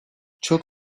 çok